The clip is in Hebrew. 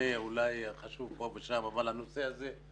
המבנה אולי חשוב פה ושם אבל הנושא הזה,